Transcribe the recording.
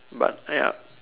but uh yup